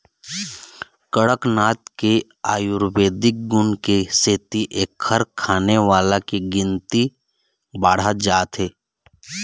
कड़कनाथ के आयुरबेदिक गुन के सेती एखर खाने वाला के गिनती बाढ़त जात हे